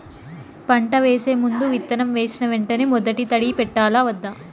పంట వేసే ముందు, విత్తనం వేసిన వెంటనే మొదటి తడి పెట్టాలా వద్దా?